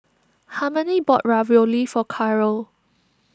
Harmony bought Ravioli for Caryl